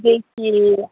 देखिए